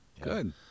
good